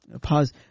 pause